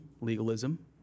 legalism